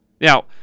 Now